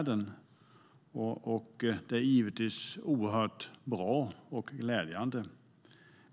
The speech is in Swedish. Det är givetvis oerhört bra och glädjande.